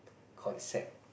concept